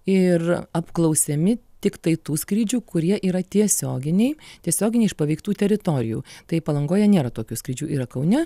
ir apklausiami tiktai tų skrydžių kurie yra tiesioginiai tiesioginiai iš paveiktų teritorijų tai palangoje nėra tokių skrydžių yra kaune